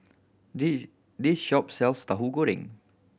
this this shop sells Tauhu Goreng